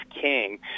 King